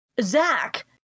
zach